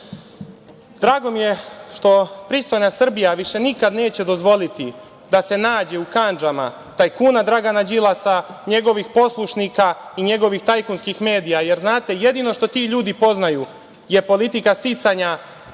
droga. Drago mi je što pristojna Srbija više nikad neće dozvoliti da se nađe u kandžama tajkuna Dragana Đilasa, njegovih poslušnika i njegovih tajkunskih medija. Jer, znate, jedino što ti ljudi poznaju je politika sticanja